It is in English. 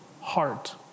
heart